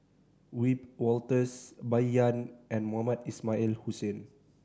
Wiebe Wolters Bai Yan and Mohamed Ismail Hussain